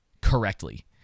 correctly